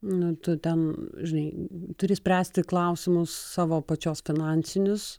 nu tu ten žai turi spręsti klausimus savo pačios finansinius